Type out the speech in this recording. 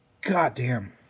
Goddamn